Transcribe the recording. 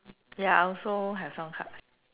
ya I also have some cards